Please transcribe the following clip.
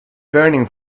burning